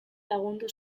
lagundu